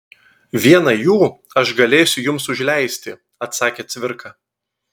vieną jų aš galėsiu jums užleisti atsakė cvirka